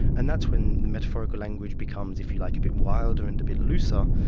and that's when metaphorical language becomes if you like, a bit wilder, and a bit looser,